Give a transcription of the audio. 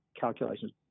calculations